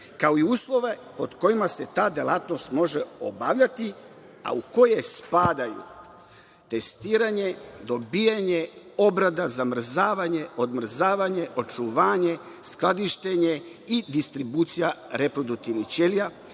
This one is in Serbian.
kao i uslove pod kojima se ta delatnost može obavljati, a u koje spadaju testiranje, dobijanje, obrada, zamrzavanje, odmrzavanje, očuvanje, skladištenje i distribucija reproduktivnih ćelija,